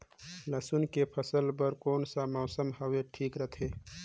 लसुन के फसल बार कोन सा मौसम हवे ठीक रथे?